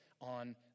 on